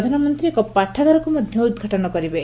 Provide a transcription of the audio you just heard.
ପ୍ରଧାନମନ୍ତ୍ରୀ ଏକ ପାଠାଗାରକୁ ଉଦ୍ଘାଟନ କରିବେ